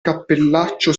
cappellaccio